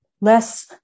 less